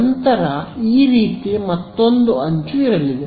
ನಂತರ ಈ ರೀತಿಯ ಮತ್ತೊಂದು ಅಂಚು ಇರಲಿದೆ